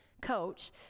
coach